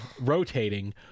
rotating